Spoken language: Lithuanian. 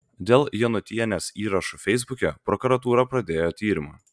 dėl janutienės įrašų feisbuke prokuratūra pradėjo tyrimą